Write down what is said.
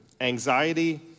anxiety